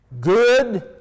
Good